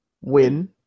win